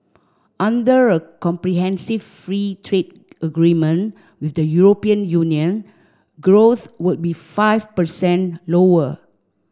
under a comprehensive free trade agreement with the European Union growth would be five percent lower